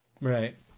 Right